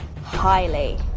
highly